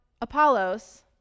Apollos